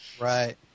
Right